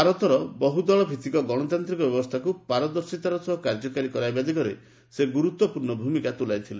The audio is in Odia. ଭାରତରେ ବହୁ ଦଳଭିତ୍ତିକ ଗଣତାନ୍ତିକ ବ୍ୟବସ୍ଥାକୁ ପାରଦର୍ଶିତାର ସହ କାର୍ଯ୍ୟକାରୀ କରାଇବା ଦିଗରେ ସେ ଗୁରୁତ୍ୱପୂର୍ଣ୍ଣ ଭୂମିକା ତୁଲାଇଥିଲେ